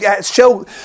show